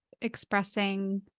expressing